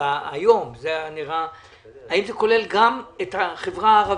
היום האם זה כולל גם את החברה הערבית?